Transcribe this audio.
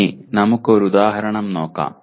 ഇനി നമുക്ക് ഒരു ഉദാഹരണം നോക്കാം